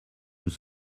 nous